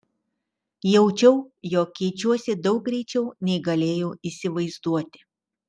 jaučiau jog keičiuosi daug greičiau nei galėjau įsivaizduoti